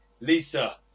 Lisa